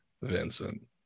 vincent